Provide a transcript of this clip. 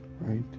right